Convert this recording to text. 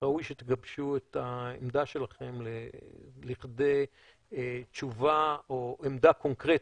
שראוי שתגבשו את העמדה שלכם לכדי תשובה או עמדה קונקרטית.